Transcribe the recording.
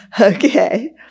Okay